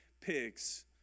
pigs